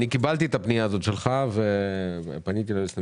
קיבלתי את הפנייה שלך ופניתי ליועצת המשפטית.